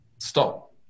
Stop